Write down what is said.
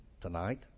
Tonight